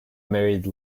married